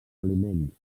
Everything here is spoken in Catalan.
aliments